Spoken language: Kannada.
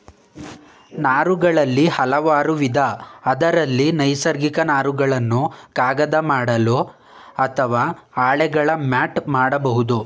ನಾರುಗಳಲ್ಲಿ ಹಲವಾರುವಿಧ ಅದ್ರಲ್ಲಿ ನೈಸರ್ಗಿಕ ನಾರುಗಳನ್ನು ಕಾಗದ ಮಾಡಲು ಅತ್ವ ಹಾಳೆಗಳ ಮ್ಯಾಟ್ ಮಾಡ್ಬೋದು